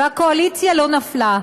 והקואליציה לא נפלה.